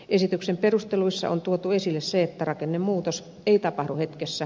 esityksen perusteluissa on tuotu esille se että rakennemuutos ei tapahdu hetkessä